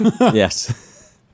yes